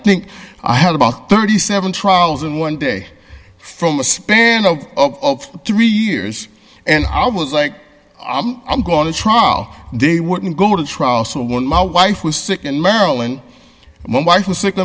think i had about thirty seven trials in one day from a span of three years and i was like i'm going to trial they wouldn't go to trial so when my wife was sick in maryland when wife was sick